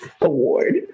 Award